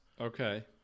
Okay